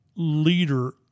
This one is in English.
leader